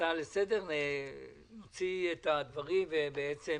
הצעה לסדר, להוציא את הדברים ואין